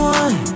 one